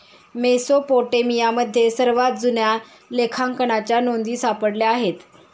मेसोपोटेमियामध्ये सर्वात जुन्या लेखांकनाच्या नोंदी सापडल्या आहेत